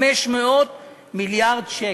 500 מיליארד שקל.